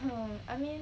mm I mean